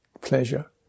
pleasure